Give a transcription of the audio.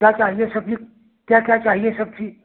क्या चाहिए सब्ज़ी क्या क्या चाहिए सब्ज़ी